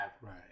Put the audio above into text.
Right